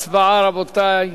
הצבעה, רבותי.